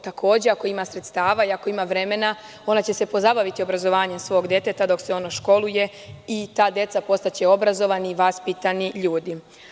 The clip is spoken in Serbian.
Takođe, ako ima sredstava i ako ima vremena ona će se pozabaviti obrazovanjem svog deteta dok se ono školuje i ta deca postaće obrazovani i vaspitani ljudi.